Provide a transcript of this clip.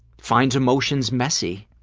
finds emotions messy,